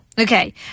Okay